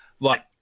right